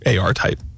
AR-type